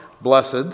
Blessed